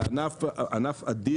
זה ענף אדיר אצלם.